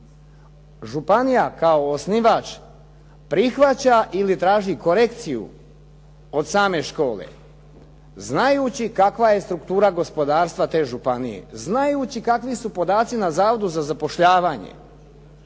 Županija kao osnivač prihvaća ili traži korekciju od same škole znajući kakva je struktura gospodarstva te županije. Znajući kakvi su podaci na Zavodu za zapošljavanje.